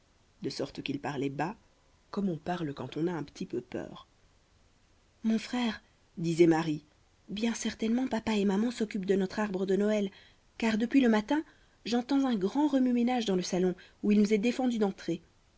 de sorte qu'ils parlaient bas comme on parle quand on a un petit peu peur mon frère disait marie bien certainement papa et maman s'occupent de notre arbre de noël car depuis le matin j'entends un grand remue-ménage dans le salon où il nous est défendu d'entrer